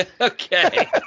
Okay